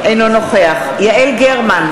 אינו נוכח יעל גרמן,